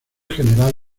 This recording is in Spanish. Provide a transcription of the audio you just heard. general